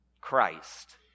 Christ